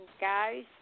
guys